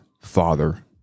father